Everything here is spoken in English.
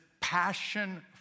passion